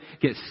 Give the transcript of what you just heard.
get